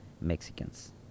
Mexicans